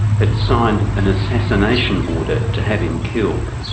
had signed an assassination order to have him killed.